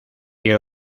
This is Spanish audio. que